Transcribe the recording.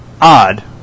odd